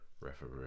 referee